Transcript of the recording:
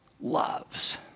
loves